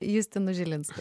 justinu žilinsku